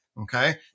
Okay